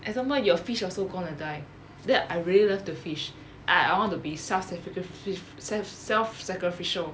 example your fish also gonna die then I really love the fish I I want to be self sacrifi~ self self sacrificial